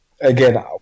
again